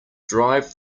drive